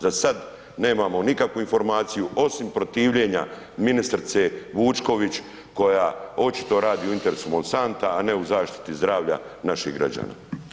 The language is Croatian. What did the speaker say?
Za sad nemamo nikakvu informaciju osim protivljenja ministrice Vučković koja očito radi u interesu Monsanta, a ne u zaštiti zdravlja naših građana.